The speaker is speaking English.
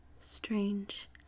strange